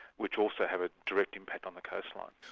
which also have a direct impact on the coastline.